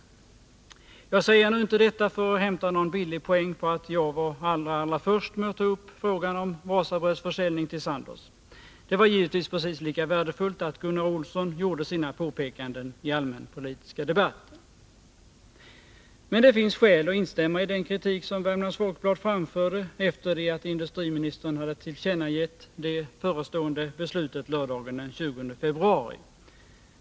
Jag säger nu inte detta för att hämta någon billig poäng på att jag var allra först med att ta upp frågan om Wasabröds försäljning till Sandoz. Det var givetvis precis lika värdefullt att Gunnar Olsson gjorde sina påpekanden i den allmänpolitiska debatten. Men det finns skäl att instämma i den kritik som Värmlands Folkblad framförde efter det att industriministern hade tillkännagivit det förestående beslutet lördagen den 20 februari.